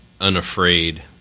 unafraid